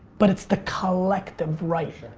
but it's the collective right.